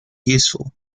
useful